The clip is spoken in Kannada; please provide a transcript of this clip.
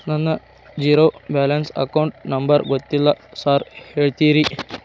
ನನ್ನ ಜೇರೋ ಬ್ಯಾಲೆನ್ಸ್ ಅಕೌಂಟ್ ನಂಬರ್ ಗೊತ್ತಿಲ್ಲ ಸಾರ್ ಹೇಳ್ತೇರಿ?